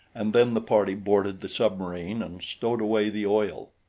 and then the party boarded the submarine and stowed away the oil.